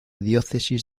diócesis